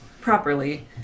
Properly